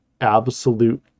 absolute